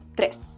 tres